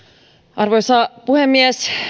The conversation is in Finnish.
arvoisa puhemies